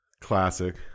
Classic